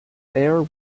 air